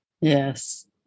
Yes